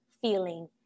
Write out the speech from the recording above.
feeling